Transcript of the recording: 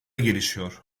gelişiyor